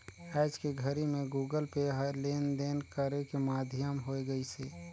आयज के घरी मे गुगल पे ह लेन देन करे के माधियम होय गइसे